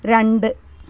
രണ്ട്